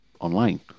online